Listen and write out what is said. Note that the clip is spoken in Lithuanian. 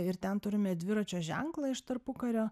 ir ten turime dviračio ženklą iš tarpukario